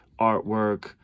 artwork